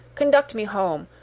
conduct me home.